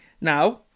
now